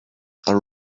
are